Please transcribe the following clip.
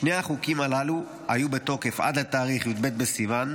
שני החוקים הללו היו בתוקף עד לתאריך י"ב בסיוון,